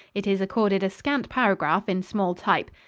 it is accorded a scant paragraph in small type.